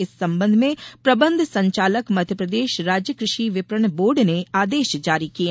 इस संबंध में प्रबंध संचालक मध्यप्रदेश राज्य कृषि विपणन बोर्ड ने आदेश जारी किये